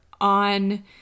on